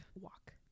walk